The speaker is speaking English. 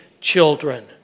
children